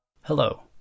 Hello